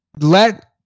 let